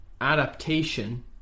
adaptation